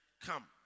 come